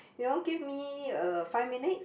you know give me uh five minutes